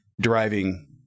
driving